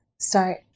start